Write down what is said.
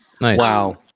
Wow